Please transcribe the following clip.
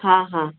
हाँ हाँ